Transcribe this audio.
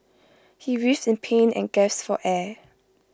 he writhed in pain and gasped for air